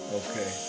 okay